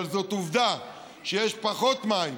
אבל זאת עובדה שיש פחות מים